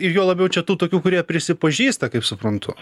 ir juo labiau čia tų tokių kurie prisipažįsta kaip suprantu